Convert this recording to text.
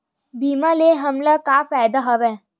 बीमा ले हमला का फ़ायदा हवय?